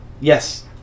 Yes